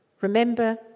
remember